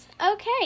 Okay